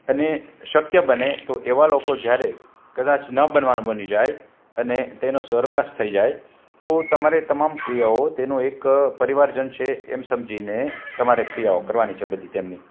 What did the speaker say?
અને શક્ય બને તો એવા લોકો જ્યારે કદાચ ન બનવાનું બની જાય અને તેનો સ્વર્ગવાસ થઈ જાય તો તમારે તમામ ક્રિયાઓ તેનો એક પરિવારજન છે એમ સમજીને તમારે ક્રિયાઓ કરવાની છે બધી તેમની